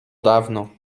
dawno